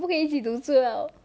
我们不可以一起读书了